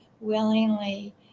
willingly